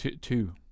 two